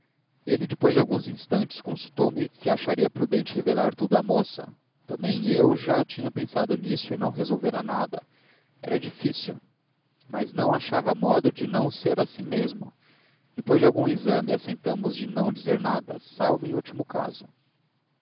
ele depois de alguns instantes consultou me se acharia prudente revelar tudo à moça também eu já tinha pensado nisso e não resolvera nada era difícil mas não achava modo de não ser assim mesmo depois de algum exame assentamos de não dizer nada salvo em último caso